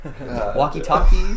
Walkie-talkie